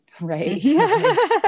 right